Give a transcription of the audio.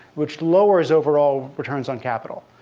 which lowers overall returns on capital.